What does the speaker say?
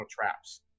traps